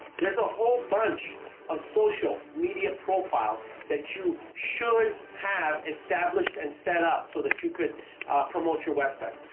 there's a whole bunch of social media profiles that you should have established and set up so that you could promote your website.